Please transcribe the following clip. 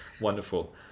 Wonderful